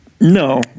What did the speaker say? No